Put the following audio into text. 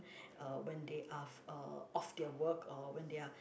uh when they are uh off their work or when they are